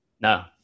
No